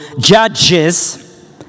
Judges